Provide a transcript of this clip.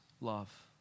love